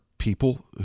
people